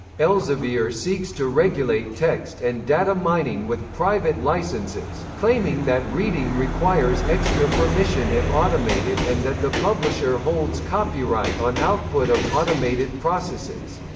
elsevier seeks to regulate text and data mining with private licenses, claiming that reading requires extra permission if automated and that the publisher holds copyright on output of automated processes.